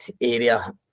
area